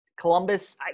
Columbus